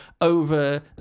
over